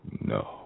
no